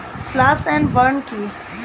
Slash and burn কি?